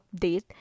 update